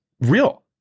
Real